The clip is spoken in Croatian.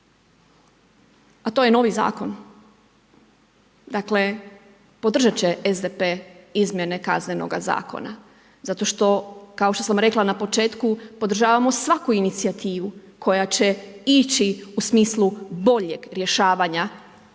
a to je novi zakon. Dakle podržati će SDP izmjene Kaznenoga zakona, zato što kao što sam rekla na početku podržavamo svaku inicijativu koja će ići u smislu boljeg rješavanja neke